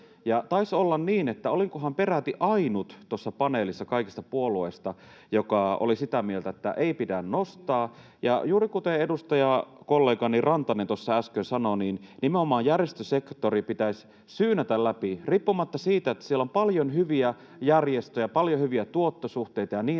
taisi olla niin, että olinkohan peräti ainut tuossa paneelissa kaikista puolueista, joka oli sitä mieltä, että ei pidä nostaa. Juuri kuten edustajakollegani Rantanen tuossa äsken sanoi, nimenomaan järjestösektori pitäisi syynätä läpi. Riippumatta siitä, että siellä on paljon hyviä järjestöjä, paljon hyviä tuottosuhteita ja niin